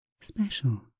special